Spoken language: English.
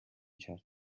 shirt